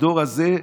הדור הזה,